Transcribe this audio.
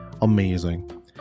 amazing